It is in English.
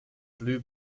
blue